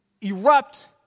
erupt